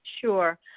Sure